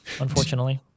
unfortunately